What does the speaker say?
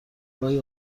گاهی